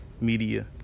media